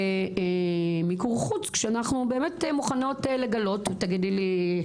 מיקור חוץ כשאנחנו מוכנות לגלות תגידי לי,